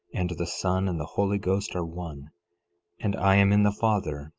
and the son, and the holy ghost are one and i am in the father,